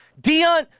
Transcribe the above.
Dion